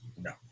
No